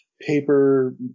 paper